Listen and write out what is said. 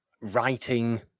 writing